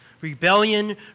Rebellion